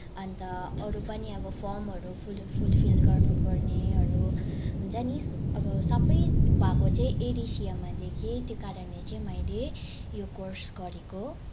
अनि त अरू पनि अब फोर्महरू फुलफिल गर्नु पर्नेहरू हुन्छ नि अब सबै भएको चाहिँ एडिसिएमा देखेँ त्यो कारणले चाहिँ मैले यो कोर्स गरेको